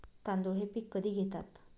तांदूळ हे पीक कधी घेतात?